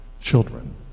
children